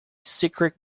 secret